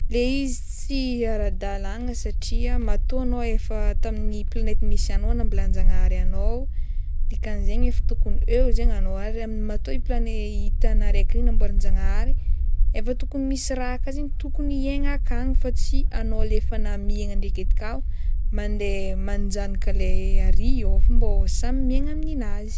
Le izy tsy ara-dalàgna satria matoa anao efa tamin'ny planeta misy anao nambelan-jagnahary anao dikan'zaigny efa tokony eo zaigny anao ary matoa plane- tany araiky io namboarin-jagnahary efa tokony misy raha aka zegny tokony hiaigna akany fa tsy anao efa namiagna ndreky edy ka mandeha manjanaka le arÿ ô fa mbô samy miaigna amin'ninazy.